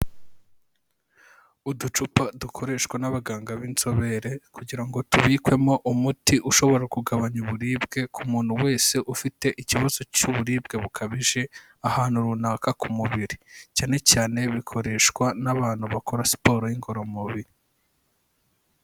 Uducupa dukoreshwa n'abaganga b'inzobere kugira ngo tubikwemo umuti ushobora kugabanya uburibwe ku muntu wese ufite ikibazo cy'uburibwe bukabije, ahantu runaka ku mubiri cyane cyane bikoreshwa n'abantu bakora siporo y'ingororamubiri.